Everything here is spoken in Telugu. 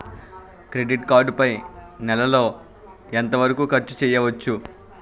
క్రెడిట్ కార్డ్ పై నెల లో ఎంత వరకూ ఖర్చు చేయవచ్చు?